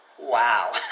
Wow